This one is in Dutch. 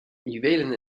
juwelen